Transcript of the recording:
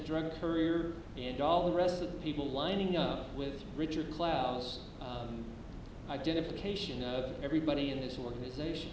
drug courier and all the rest of the people lining up with richard klaus identification of everybody in this organization